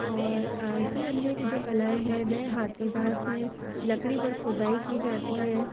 और आदि अनेक जो कलाएँ हैं वह हाथी दाँत हैं लकड़ी पर खुदाई की जाती है